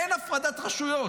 אין הפרדת רשויות.